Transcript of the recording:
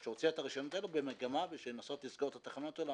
כדי לנסות ללסגור את התחנות האלה.